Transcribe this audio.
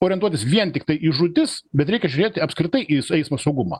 orientuotis vien tiktai į žūtis bet reikia žiūrėti apskritai į eismo saugumą